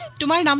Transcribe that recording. to my and um